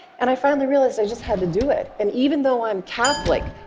and i finally realized i just had to do it. and even though i'm catholic,